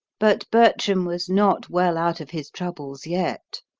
but bertram was not well out of his troubles yet.